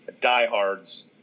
diehards